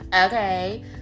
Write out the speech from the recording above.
okay